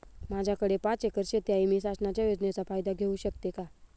माझ्याकडे पाच एकर शेती आहे, मी शासनाच्या योजनेचा फायदा घेऊ शकते का?